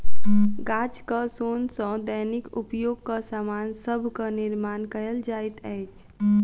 गाछक सोन सॅ दैनिक उपयोगक सामान सभक निर्माण कयल जाइत अछि